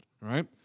right